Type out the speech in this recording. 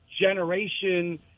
generation